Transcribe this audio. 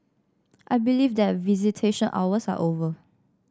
I believe that visitation hours are over